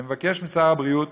אני מבקש משר הבריאות